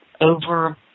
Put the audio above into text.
over